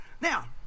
Now